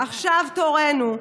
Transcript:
עכשיו תורנו.